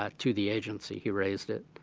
ah to the agency he raised it.